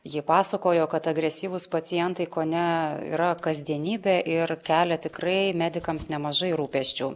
ji pasakojo kad agresyvūs pacientai kone yra kasdienybė ir kelia tikrai medikams nemažai rūpesčių